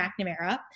McNamara